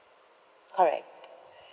correct